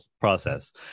process